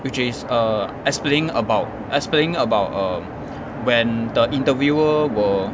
which is err explaining about explaining about err when the interviewer will